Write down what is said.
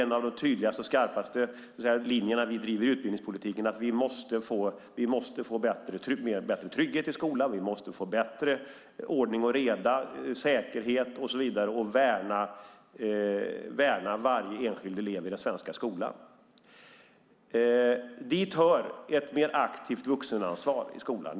En av de tydligaste och skarpaste linjerna vi driver i utbildningspolitiken är att vi måste få mer och bättre trygghet i skolan, bättre ordning och reda och säkerhet. Vi måste värna varje enskild elev i den svenska skolan. Dit hör ett mer aktivt vuxenansvar i skolan.